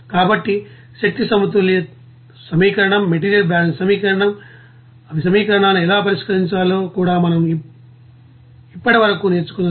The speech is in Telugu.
కాబట్టి శక్తి సమతుల్య సమీకరణం మెటీరియల్ బ్యాలెన్స్ సమీకరణం అవి సమీకరణాలను ఎలా పరిష్కరించాలో కూడా మనం ఇప్పటి వరకు నేర్చుకున్నది